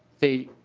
they